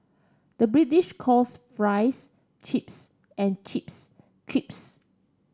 the British calls fries chips and chips